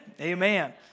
Amen